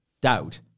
doubt